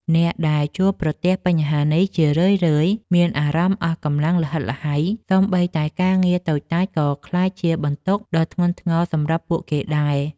អ្នកដែលជួបប្រទះបញ្ហានេះ ជារឿយៗមានអារម្មណ៍អស់កម្លាំងល្ហិតល្ហៃ សូម្បីតែការងារតូចតាចក៏ក្លាយជាបន្ទុកដ៏ធ្ងន់ធ្ងរសម្រាប់ពួកគេដែរ។